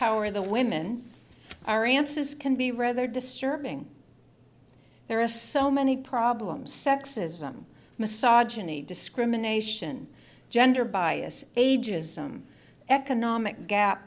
how are the women our answers can be rather disturbing there are so many problems sexism massage any discrimination gender bias ages i'm economic gap